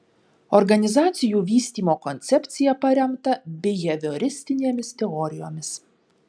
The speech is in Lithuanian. organizacijų vystymo koncepcija paremta bihevioristinėmis teorijomis